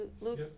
Luke